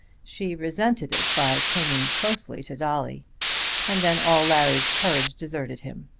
she resented it by clinging closely to dolly and then all larry's courage deserted him.